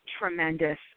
tremendous